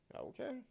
Okay